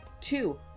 two